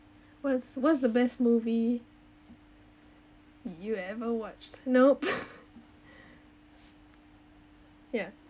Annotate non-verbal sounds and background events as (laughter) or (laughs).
what's what's the best movie you ever watched nope (laughs) yeah